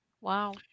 Wow